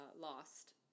lost